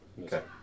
Okay